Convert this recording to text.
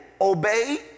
obey